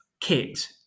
kit